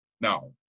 Now